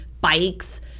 bikes